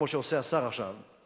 כמו שעושה השר עכשיו,